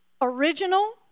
original